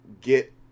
get